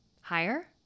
higher